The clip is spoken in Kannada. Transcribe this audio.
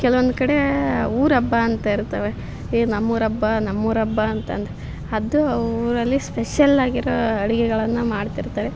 ಕೆಲವೊಂದು ಕಡೆ ಊರ ಹಬ್ಬ ಅಂತ ಇರ್ತವೆ ಈ ನಮ್ಮೂರ ಹಬ್ಬ ನಮ್ಮೂರ ಹಬ್ಬ ಅಂತಂದು ಅದು ಊರಲ್ಲಿ ಸ್ಪೆಷಲ್ ಆಗಿರೋ ಅಡುಗೆಗಳನ್ನ ಮಾಡ್ತಿರ್ತಾರೆ